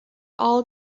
all